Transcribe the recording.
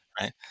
right